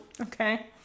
Okay